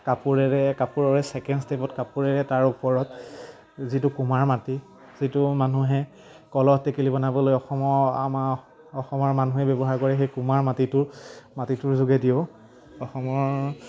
কাপোৰেৰে কাপোৰৰে ছেকেণ্ড ষ্টেপত কাপোৰেৰে তাৰ ওপৰত যিটো কুমাৰ মাটি যিটো মানুহে কলহ টেকেলি বনাবলৈ অসমৰ আমাৰ অসমৰ মানুহে ব্যৱহাৰ কৰে সেই কুমাৰ মাটিটো মাটিটোৰ যোগেদিও অসমৰ